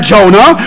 Jonah